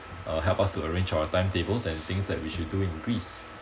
uh help us to arrange our timetables and things that we should do in greece